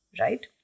right